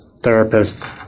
therapist